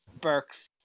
Burks